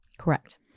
correct